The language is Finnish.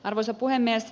arvoisa puhemies